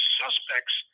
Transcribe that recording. suspects